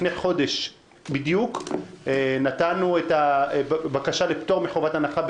לפני חודש בדיוק הגשנו בקשה לפטור מחובת הנחה,